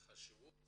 אבל החשיבות